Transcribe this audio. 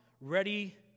ready